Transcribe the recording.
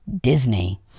Disney